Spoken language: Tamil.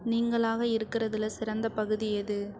நீங்களாக இருக்கிறதுல சிறந்த பகுதி எது